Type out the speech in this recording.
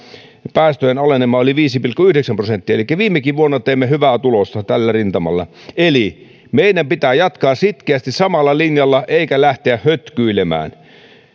päästöjen alenema oli viisi pilkku yhdeksän prosenttia elikkä viime vuonnakin teimme hyvää tulosta tällä rintamalla eli meidän pitää jatkaa sitkeästi samalla linjalla eikä lähteä hötkyilemään